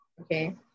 okay